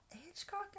Hitchcock